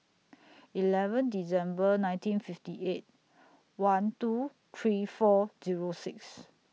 eleven December nineteen fifty eight one two three four Zero six